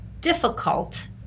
difficult